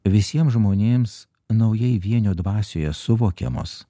visiems žmonėms naujai vienio dvasioje suvokiamos